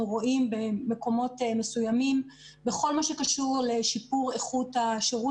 רואים במקומות מסוימים בכל מה שקשור לשיפור איכות השירות